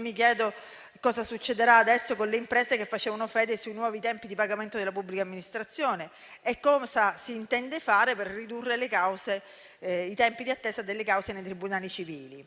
Mi chiedo altresì cosa succederà adesso con le imprese che facevano fede sui nuovi tempi di pagamento della pubblica amministrazione e cosa si intende fare per ridurre i tempi di attesa delle cause nei tribunali civili.